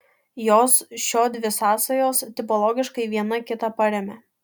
jos šiodvi sąsajos tipologiškai viena kitą paremia